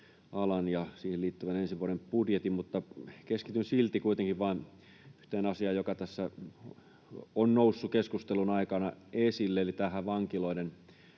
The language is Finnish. ja siihen liittyvän ensi vuoden budjetin, mutta keskityn silti kuitenkin vain yhteen asiaan, joka tässä on noussut keskustelun aikana esille, eli tähän vankiloiden